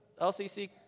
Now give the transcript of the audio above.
LCC